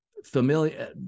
Familiar